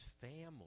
family